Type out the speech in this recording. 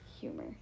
humor